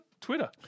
Twitter